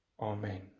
Amen